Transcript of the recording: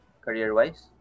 career-wise